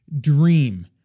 dream